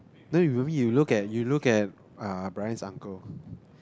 then you if you were me you look at you look at uh Bryan's uncle